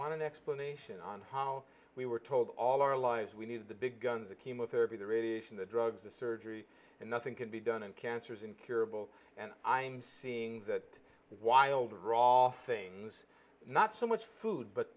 want an explanation on how we were told all our lives we need the big guns the chemotherapy the radiation the drugs the surgery and nothing can be done and cancer is incurable and i'm seeing that wild raw things not so much food but